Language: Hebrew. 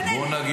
בינינו.